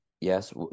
yes